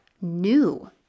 new